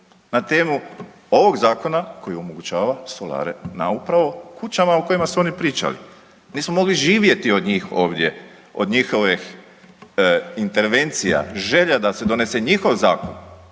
na temu ovog zakona koji omogućava solare na upravo kućama u kojima su oni pričali. Nismo mogli živjet od njih ovdje, od njihovih intervencija, želja da se donese njihov zakon